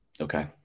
Okay